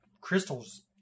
crystals